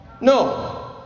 no